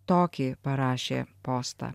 tokį parašė postą